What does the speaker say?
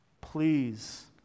please